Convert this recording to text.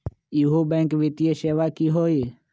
इहु बैंक वित्तीय सेवा की होई?